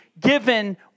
given